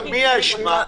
על מי האשמה?